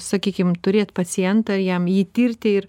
sakykim turėt pacientą jam jį tirti ir